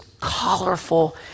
colorful